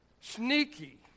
sneaky